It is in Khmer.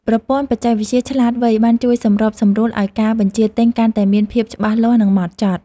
ប្រព័ន្ធបច្ចេកវិទ្យាឆ្លាតវៃបានជួយសម្របសម្រួលឱ្យការបញ្ជាទិញកាន់តែមានភាពច្បាស់លាស់និងហ្មត់ចត់។